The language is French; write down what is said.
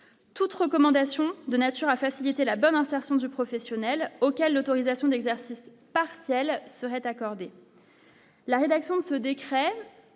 toute recommandation de nature à faciliter la bonne insertion de professionnels auquel l'autorisation d'exercice partiel seraient accordé. La rédaction de ce décret